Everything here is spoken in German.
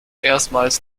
erstmals